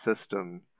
system